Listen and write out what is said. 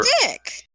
dick